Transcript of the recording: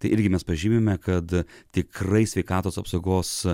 tai irgi mes pažymime kad tikrai sveikatos apsaugos